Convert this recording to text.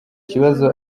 kibazo